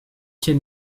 quel